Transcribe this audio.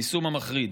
היישום המחריד.